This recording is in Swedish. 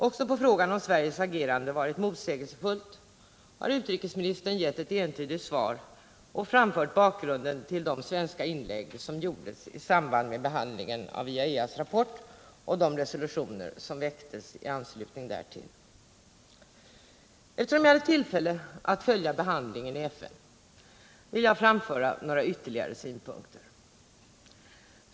Också på frågan om Sveriges agerande varit motsägelsefullt har utrikesministern gett ett entydigt svar och redovisat bakgrunden till de svenska inlägg som gjordes i samband med behandlingen av IAEA:s rapport och de resolutioner som väcktes i anslutning därtill. Eftersom jag hade tillfälle att följa behandlingen i FN vill jag emellertid framföra några ytterligare synpunkter.